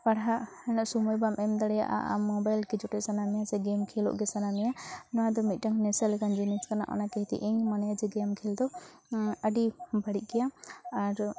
ᱯᱟᱲᱦᱟᱜ ᱨᱮᱱᱟᱜ ᱥᱚᱢᱚᱭ ᱵᱟᱢ ᱮᱢ ᱫᱟᱲᱮᱭᱟᱜᱼᱟ ᱟᱨ ᱢᱳᱵᱟᱭᱤᱞ ᱜᱮ ᱡᱚᱴᱮᱫ ᱥᱟᱱᱟ ᱢᱮᱭᱟ ᱥᱮ ᱜᱮᱢ ᱠᱷᱮᱞᱚᱜ ᱜᱮ ᱥᱟᱱᱟ ᱢᱮᱭᱟ ᱱᱚᱣᱟᱫᱚ ᱢᱤᱫᱴᱟᱝ ᱱᱮᱥᱟ ᱞᱮᱠᱟᱱ ᱡᱤᱱᱤᱥ ᱠᱟᱱᱟ ᱚᱱᱟ ᱠᱟᱹᱦᱤᱛᱮ ᱤᱧ ᱢᱚᱱᱮᱭᱟ ᱡᱮ ᱜᱮᱢ ᱠᱷᱮᱞ ᱫᱚ ᱟᱹᱰᱤ ᱵᱟᱹᱲᱤᱡ ᱜᱮᱭᱟ ᱟᱨ